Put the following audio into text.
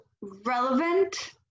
relevant